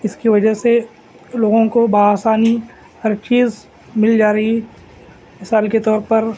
اس کی وجہ سے لوگوں کو بہ آسانی ہر چیز مل جا رہی مثال کے طور پر